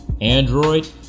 Android